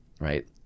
right